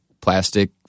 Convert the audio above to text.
plastic